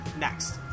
Next